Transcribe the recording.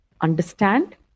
understand